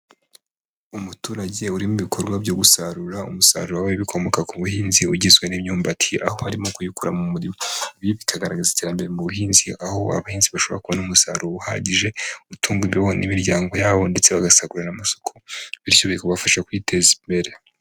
Umuturage uri mu bikorwa byo gusarura umusaruro w'ibikomoka ku buhinzi ugizwe n'imyumbati aho harimo kuyikura mu murima. Ibi bikagaragaza iterambere mu buhinzi aho abahinzi bashobora kubona umusaruro uhagije utunga imibereho n'imiryango yabo, ndetse bagasagurira n'amasoko. Bityo bikabafasha kwiteza imbere.